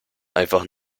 einfach